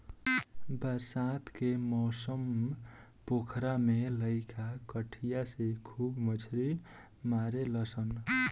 बरसात के मौसम पोखरा में लईका कटिया से खूब मछली मारेलसन